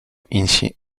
insi